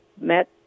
met